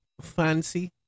fancy